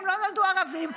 הם לא נולדו ערבים,